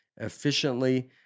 efficiently